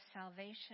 salvation